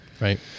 Right